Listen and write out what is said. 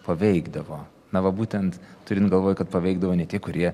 paveikdavo na va būtent turint galvoj kad paveikdavo ne tik kurie